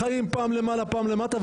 החיים פעם למטה ופעם למעלה,